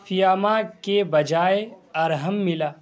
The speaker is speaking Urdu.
فیاما کے بجائے ارحم ملا